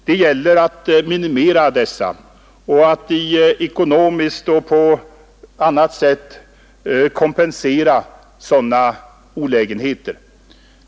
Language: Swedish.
Det gäller att minimera dessa problem och att ekonomiskt och på annat sätt kompensera människorna för sådana olägenheter.